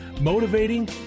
motivating